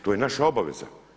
To je naša obaveza.